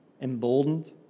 emboldened